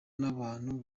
n’abantu